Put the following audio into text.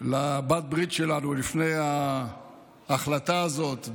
לבעלת הברית שלנו לפני ההחלטה הזאת,